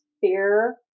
fear